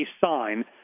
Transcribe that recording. sign